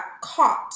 caught